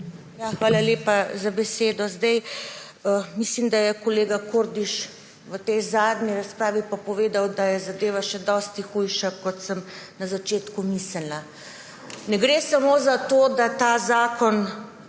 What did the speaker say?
Hvala lepa za besedo. Mislim, da je kolega Kordiš v tej zadnji razpravi pa povedal, da je zadeva še dosti hujša, kot sem na začetku mislila. Ne gre samo za to, da prestavljate